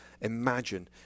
imagine